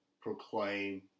proclaim